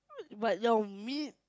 but your meat